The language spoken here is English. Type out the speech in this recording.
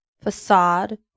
facade